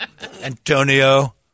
Antonio